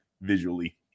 visually